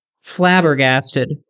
flabbergasted